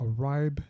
arrive